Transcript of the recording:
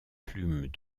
plumes